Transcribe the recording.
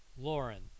Lauren